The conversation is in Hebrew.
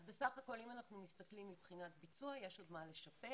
אז בסך הכול אם אנחנו מסתכלים מבחינת ביצוע יש עוד מה לשפר,